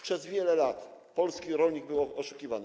Przez wiele lat polski rolnik był oszukiwany.